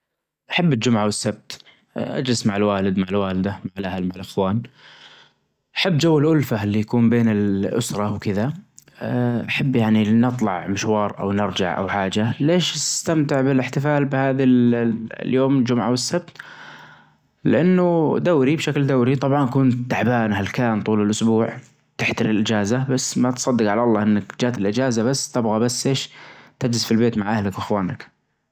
أحب الجمعة والسبت أجلس مع الوالد مع الوالدة مع الاهل مع الاخوان أحب جو الالفة اللي يكون بين الاسرة وكذا أحب يعني ان نطلع مشوار او نرجع او حاجة ليش نستمتع بالاحتفال بهذي اليوم الجمعة والسبت? لانه دوري بشكل دوري طبعا كنت تعبان هلكان طول الاسبوع تحتل الاجازة بس ما تصدق على الله انك جات الاجازة بس تبغى بس ايش تجلس في البيت مع اهلك واخوانك.